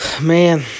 man